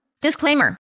Disclaimer